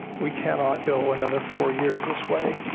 we cannot go another four years this way.